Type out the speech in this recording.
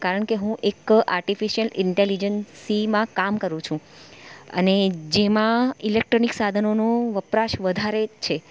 કારણ કે હું એક આર્ટીફીશીયલ ઇન્ટેલિઝન્સમાં કામ કરું છું અને જેમાં ઈલેક્ટ્રોનિક સાધનોનું વપરાશ વધારે છે